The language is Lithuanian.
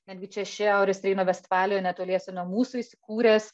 netgi čia šiaurės reino vestfalijoj netoliese nuo mūsų įsikūręs